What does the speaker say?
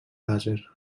làser